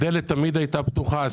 הדלת תמיד הייתה פתוחה,